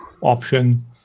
option